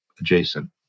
adjacent